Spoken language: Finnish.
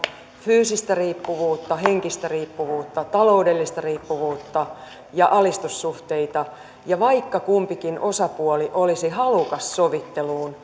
fyysistä riippuvuutta henkistä riippuvuutta taloudellista riippuvuutta ja alistussuhteita ja vaikka kumpikin osapuoli olisi halukas sovitteluun